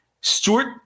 Stewart